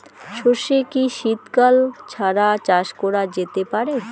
সর্ষে কি শীত কাল ছাড়া চাষ করা যেতে পারে?